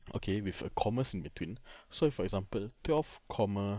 okay with a commas in between so for example twelve comma